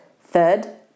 Third